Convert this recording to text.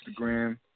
Instagram